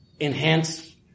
enhance